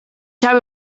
habe